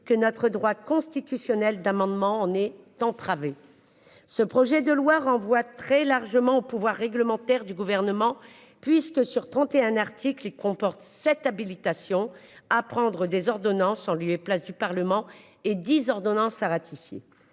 que notre droit constitutionnel d'amendement n'est tu entraver ce projet de loi renvoie très largement au pouvoir réglementaire du gouvernement puisque sur 31 articles comporte cette habilitation à prendre des ordonnances en lieu et place du Parlement et 10 ordonnances à ratifier